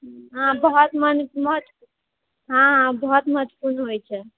हॅं बहुत महत्वपूर्ण होइ छै